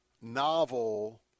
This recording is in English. novel